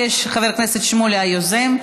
חצי דקה ביקש חבר הכנסת שמולי היוזם.